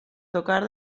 tocar